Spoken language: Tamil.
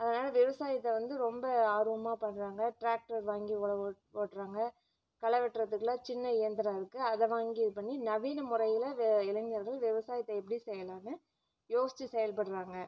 அதனால விவசாயத்தை வந்து ரொம்ப ஆர்வமாக பண்றாங்க டிராக்டர் வாங்கி உழவு ஓட் ஓட்டுறாங்க களை வெட்டுறதுக்குலாம் சின்ன இயந்திரம் இருக்குது அதை வாங்கி இது பண்ணி நவீன முறையில் வே இளைஞர்கள் விவசாயத்தை எப்படி செய்யலான்னு யோசித்து செயல்படுகிறாங்க